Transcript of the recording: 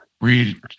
read